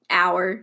hour